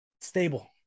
stable